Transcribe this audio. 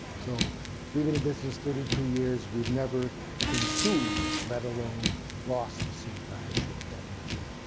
so we've been in business thirty two years. we've never been sued, let alone lost a suit on issue of that nature.